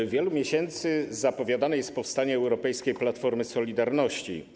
Od wielu miesięcy zapowiadane jest powstanie europejskiej platformy solidarności.